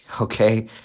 okay